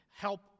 help